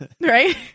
right